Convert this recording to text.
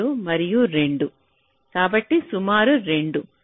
2 మరియు 2 కాబట్టి సుమారు 2